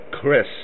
Chris